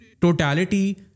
totality